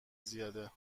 زیاده